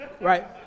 Right